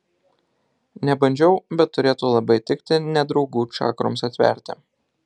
nebandžiau bet turėtų labai tikti nedraugų čakroms atverti